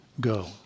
Go